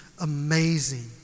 amazing